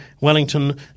Wellington